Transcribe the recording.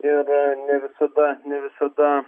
ir ne visada ne visada